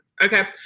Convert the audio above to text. okay